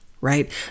right